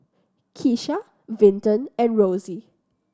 Keesha Vinton and Rossie